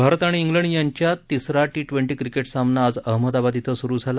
भारत आणि सिंड यांच्यात तिसरा टी ट्येंटी क्रिकेट सामना आज अहमदाबाद शि सुरु झाला